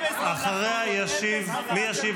אחריה ישיב, מי ישיב?